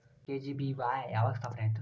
KGBVY ಯಾವಾಗ ಸ್ಥಾಪನೆ ಆತು?